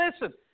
listen